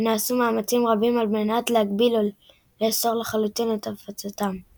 ונעשו מאמצים רבים על מנת להגביל או לאסור לחלוטין את הפצתם.